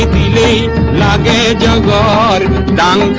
da da da da da da da